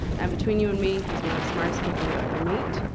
and between you and me, he's one of the smartest people you'll ever meet.